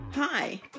Hi